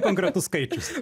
konkretus skaičius